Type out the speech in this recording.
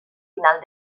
final